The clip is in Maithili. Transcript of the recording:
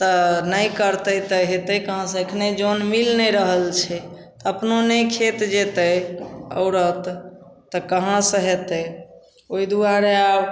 तऽ नहि करतै तऽ हेतै कहाँ से एखने जन मिल नहि रहल छै अपनो नहि खेत जेतै औरत तऽ कहाँ से हेतै ओहि दुआरे आब